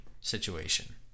situation